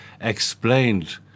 explained